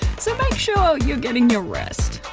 so make sure you're getting your rest.